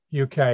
UK